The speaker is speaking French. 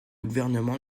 gouvernement